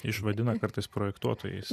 išvadina kartais projektuotojais